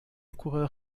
coureur